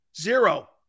Zero